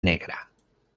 negra